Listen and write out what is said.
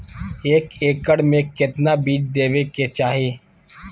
एक एकड़ मे केतना बीज देवे के चाहि?